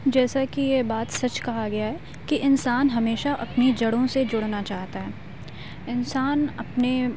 جیسا کہ یہ بات سچ کہا گیا ہے کہ انسان ہمیشہ اپنی جڑوں سے جڑنا چاہتا ہے انسان اپنے